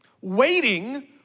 waiting